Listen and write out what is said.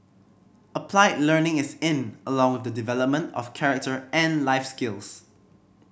applied learning is in along with the development of character and life skills